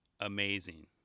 amazing